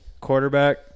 Quarterback